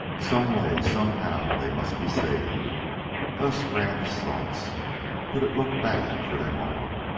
some way, somehow, they must be saved thus ran his thoughts but it looked bad for them all.